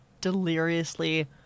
deliriously